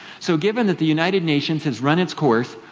so given that the united nations has run its course,